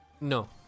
no